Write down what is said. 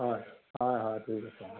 হয় হয় হয় ঠিক আছে